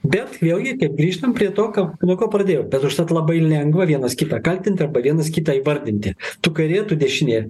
bet vėlgi kaip grįžtam prie to ką nuo ko pradėjom bet užtat labai lengva vienas kitą kaltint arba viens kitą įvardinti tu kairė tu dešinė